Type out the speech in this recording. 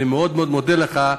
אני מאוד מודה לך.